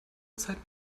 zeit